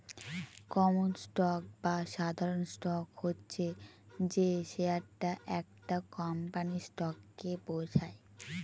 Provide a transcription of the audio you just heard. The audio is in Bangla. কমন স্টক বা সাধারণ স্টক হচ্ছে যে শেয়ারটা একটা কোম্পানির স্টককে বোঝায়